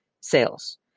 sales